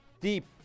deep